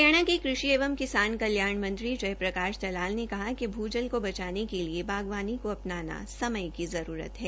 हरियाणा के कृषि एवं किसान कल्याण मंत्री जय प्रकाश दलाल ने कहा कि भू जल को बचाने के लिए बागवानी को अपनाना समय की जरूरत है